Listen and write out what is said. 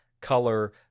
color